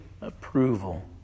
approval